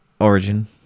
Origin